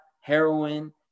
heroin